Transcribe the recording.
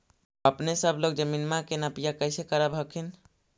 अपने सब लोग जमीनमा के नपीया कैसे करब हखिन?